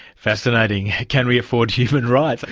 fascinating. can we afford human rights? like